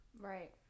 Right